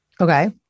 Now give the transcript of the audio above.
Okay